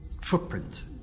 footprint